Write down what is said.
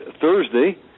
Thursday